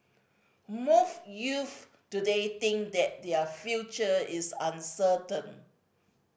most youth today think that their future is uncertain